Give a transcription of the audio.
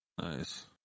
Nice